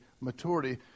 maturity